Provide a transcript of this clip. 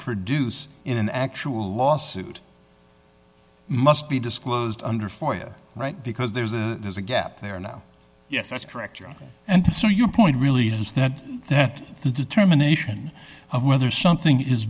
produce in an actual lawsuit must be disclosed under foyer right because there's a there's a gap there now yes that's correct and so your point really is that that the determination of whether something is